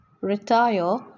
retire